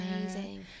amazing